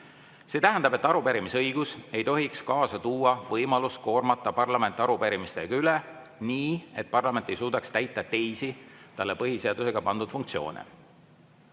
See tähendab, et arupärimisõigus ei tohiks kaasa tuua võimalust koormata parlament arupärimistega üle nii, et parlament ei suudaks täita teisi talle PSiga pandud funktsioone."